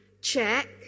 check